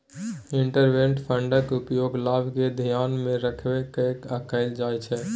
investment फंडक उपयोग लाभ केँ धियान मे राइख कय कअल जाइ छै